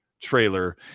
trailer